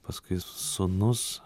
paskui sūnus